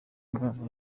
umwana